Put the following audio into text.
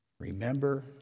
Remember